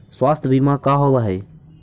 स्वास्थ्य बीमा का होव हइ?